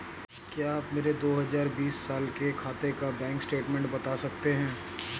क्या आप मेरे दो हजार बीस साल के खाते का बैंक स्टेटमेंट बता सकते हैं?